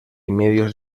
medios